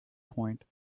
point